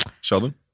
Sheldon